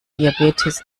diabetes